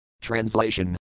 Translation